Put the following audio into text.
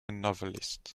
novelist